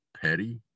petty